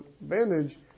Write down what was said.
bandage